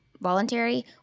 voluntary